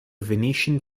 venetian